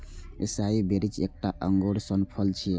एसाई berries एकटा अंगूर सन फल छियै